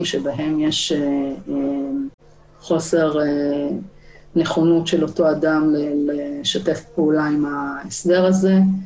שבהם יש חוסר נכונות של אותו אדם לשתף פעולה עם ההסדר הזה.